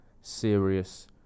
serious